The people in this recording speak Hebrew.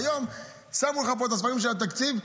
היום שמו לך את הספרים של התקציב,